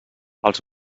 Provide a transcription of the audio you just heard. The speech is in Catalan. els